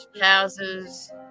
houses